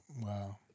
Wow